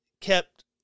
kept